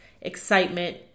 Excitement